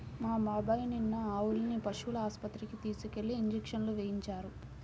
మా బాబాయ్ నిన్న ఆవుల్ని పశువుల ఆస్పత్రికి తీసుకెళ్ళి ఇంజక్షన్లు వేయించారు